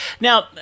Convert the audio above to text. Now